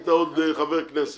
כשהיית עוד חבר כנסת.